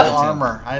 armor,